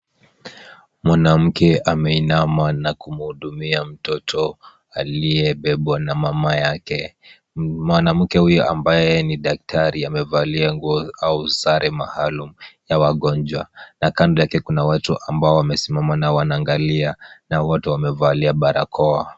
Mwanamke ameinama na kumhudumia mtoto aliyebebwa na mama yake. Mwanamke huyo ambaye ni daktari amevalia nguo au sare maalum ya wagonjwa na kando yake kuna watu ambao wamesimama na wanaangalia na wote wamevalia barakoa.